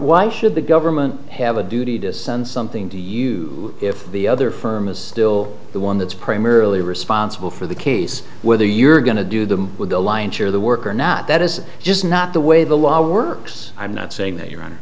why should the government have a duty to send something to use if the other firm is still the one that's primarily responsible for the case whether you're going to do them with the lion share of the work or not that is just not the way the law works i'm not saying that you're on